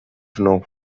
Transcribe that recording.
know